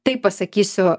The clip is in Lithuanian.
taip pasakysiu